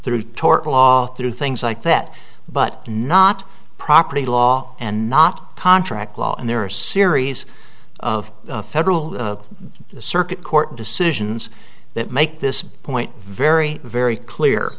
through tort law through things like that but not property law and not contract law and there are a series of federal circuit court decisions that make this point very very clear